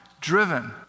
driven